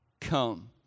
come